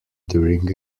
during